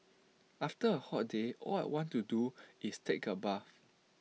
after A hot day all I want to do is take A bath